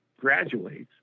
graduates